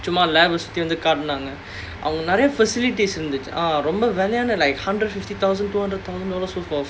சும்மா:summa laboratory வச்சிட்டு வந்து காட்டுனாங்க அங்க:vachittu vandhu kaattunaanga anga facilities இருந்துது:irunthuthu ah ரொம்ப:romba like hundred fifty thousand two hundred thousand dollars worth of